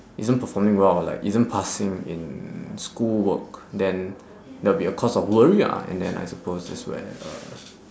isn't performing well like isn't passing in school work then that'll be a cause of worry ah and then I suppose that's where uh